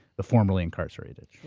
the formally incarcerated.